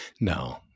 No